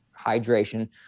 hydration